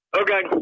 Okay